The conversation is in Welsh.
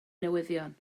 newyddion